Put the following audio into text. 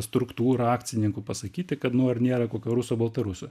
struktūrą akcininkų pasakyti kad nu ar nėra kokio ruso baltaruso